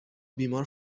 بیمار